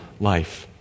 life